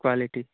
quality